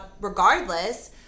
regardless